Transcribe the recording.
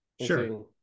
Sure